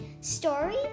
story